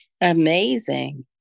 amazing